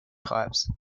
types